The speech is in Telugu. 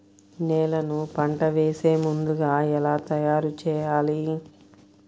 నేలను పంట వేసే ముందుగా ఎలా తయారుచేయాలి?